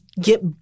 get